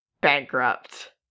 bankrupt